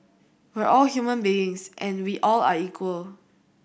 we're all human beings and we all are equal